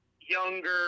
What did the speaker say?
younger